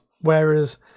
whereas